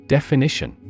Definition